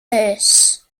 nurse